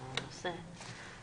הרווחה והבריאות,